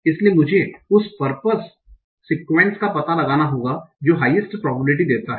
इसलिए मुझे उस परपस सिक्यूएन्स का पता लगाना होगा जो हाइएस्ट प्रोबेबिलिटी देता है